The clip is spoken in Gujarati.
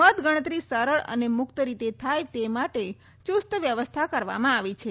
મતગણતરી સરળ અને મુક્ત રીતે થાય તે માટે ચૂસ્ત વ્યવસ્થા કરવામાં આવી છે